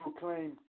proclaim